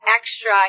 extra